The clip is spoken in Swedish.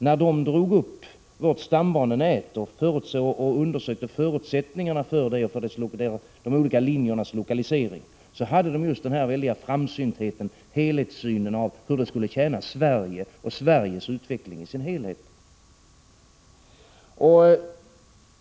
När de drog upp vårt stambanenät och undersökte förutsättningarna för de olika linjernas lokalisering, hade de just denna väldiga framsynthet, denna helhetssyn på hur det skulle tjäna Sverige och Sveriges utveckling i dess helhet.